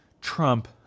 Trump